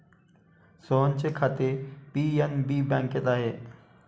सोहनचे खाते पी.एन.बी बँकेत आहे